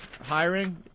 hiring